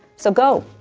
so go,